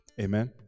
Amen